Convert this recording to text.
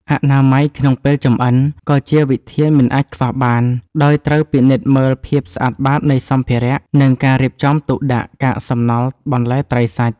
អនាម័យក្នុងពេលចម្អិន ក៏ជាវិធានមិនអាចខ្វះបាន ដោយត្រូវពិនិត្យមើលភាពស្អាតបាតនៃសម្ភារៈ និងការរៀបចំទុកដាក់កាកសំណល់បន្លែត្រីសាច់។